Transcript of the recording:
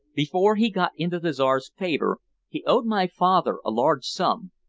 before he got into the czar's favor he owed my father a large sum,